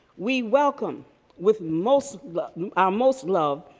we welcome with most love our most love,